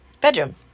bedroom